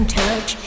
touch